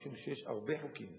משום שיש הרבה חוקים